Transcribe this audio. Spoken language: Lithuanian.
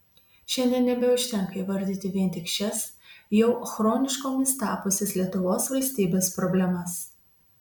šiandien nebeužtenka įvardyti vien tik šias jau chroniškomis tapusias lietuvos valstybės problemas